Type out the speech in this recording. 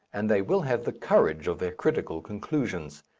and they will have the courage of their critical conclusions.